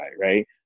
Right